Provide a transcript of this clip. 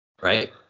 Right